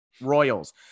royals